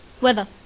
weather